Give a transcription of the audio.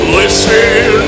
listen